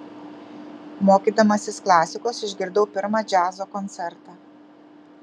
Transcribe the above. mokydamasis klasikos išgirdau pirmą džiazo koncertą